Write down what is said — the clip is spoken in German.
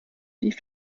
die